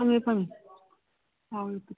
ꯐꯪꯉꯦ ꯐꯪꯉꯦ ꯍꯣꯏ